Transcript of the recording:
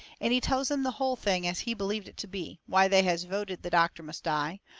and he tells him the hull thing as he believed it to be why they has voted the doctor must die,